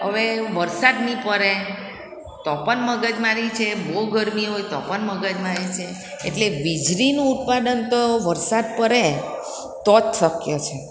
હવે વરસાદ નહીં પડે તો પણ મગજમારી છે બહુ ગરમી હોય તો પણ મગજમારી છે એટલે વીજળીનું ઉત્પાદન તો વરસાદ પ્રે પડે તો જ શક્ય છે